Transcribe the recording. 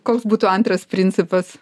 koks būtų antras principas